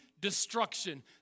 destruction